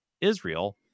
Israel